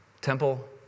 Temple